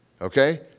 okay